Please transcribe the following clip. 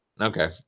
Okay